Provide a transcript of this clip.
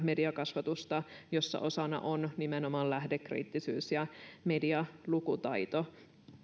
mediakasvatusta jossa osana on nimenomaan lähdekriittisyys ja medialukutaito